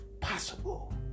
possible